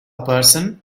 person